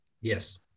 yes